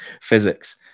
physics